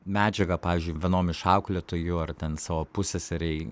medžiagą pavyzdžiui vienom iš auklėtojų ar ten savo pusseserei